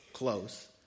close